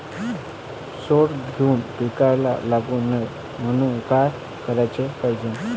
सोंडे, घुंग पिकाले लागू नये म्हनून का कराच पायजे?